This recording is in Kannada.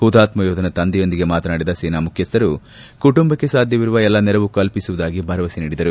ಹುತಾತ್ಮ ಯೋಧನ ತಂದೆಯೊಂದಿಗೆ ಮಾತನಾಡಿದ ಸೇನಾ ಮುಖ್ಯಸ್ಥರು ಕುಟುಂಬಕ್ಕೆ ಸಾಧ್ವವಿರುವ ಎಲ್ಲಾ ನೆರವು ಕಲ್ಪಿಸುವುದಾಗಿ ಭರವಸೆ ನೀಡಿದರು